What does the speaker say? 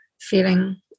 feeling